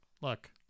Look